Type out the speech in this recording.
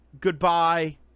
goodbye